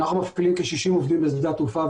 אנחנו מפעילים כ-60 עובדים בשדה התעופה.